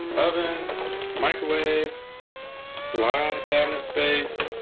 oven microwave live cabinet space